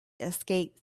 escape